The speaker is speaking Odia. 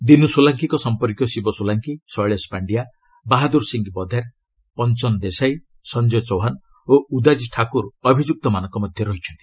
ଦିନୁ ସୋଲାଙ୍କିଙ୍କ ସମ୍ପର୍କୀୟ ଶିବ ସୋଲାଙ୍କି ଶୈଳେଶ ପାଣ୍ଡ୍ୟା ବାହାଦ୍ୱର ସିଂହ ବଧେର୍ ପଞ୍ଚନ୍ ଦେଶାଇ ସଂଜୟ ଚୌହାନ୍ ଓ ଉଦାଜି ଠାକୁର ଅଭିଯୁକ୍ତମାନଙ୍କ ମଧ୍ୟରେ ରହିଛନ୍ତି